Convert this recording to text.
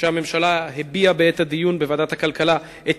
שבדיון בוועדת הכלכלה הממשלה הביעה את